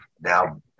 now